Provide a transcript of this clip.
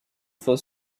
for